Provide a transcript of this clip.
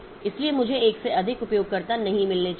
इसलिए मुझे एक से अधिक उपयोगकर्ता नहीं मिलने चाहिए